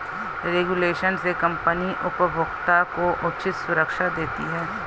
regulation से company उपभोक्ता को उचित सुरक्षा देती है